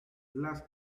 las